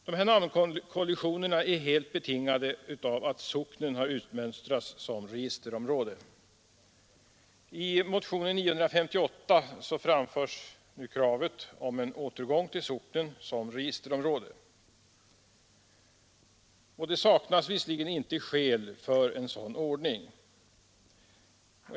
Namnkollisionerna är helt betingade av att socknen har utmönstrats som registerområde. I motionen 958 framförs nu kravet om en återgång till socknen som registerområde. Det saknas inte skäl för en sådan ordning.